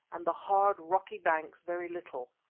and the hard, rocky banks very little.